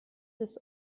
des